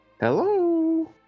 hello